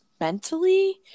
mentally